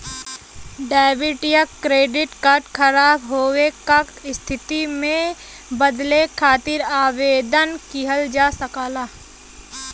debit या credit card ख़राब होये क स्थिति में बदले खातिर आवेदन किहल जा सकला